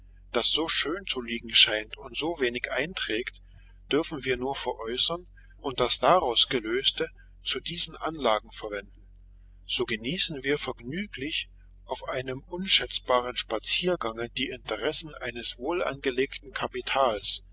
das so schön zu liegen scheint und so wenig einträgt dürfen wir nur veräußern und das daraus gelöste zu diesen anlagen verwenden so genießen wir vergnüglich auf einem unschätzbaren spaziergange die interessen eines wohlangelegten kapitals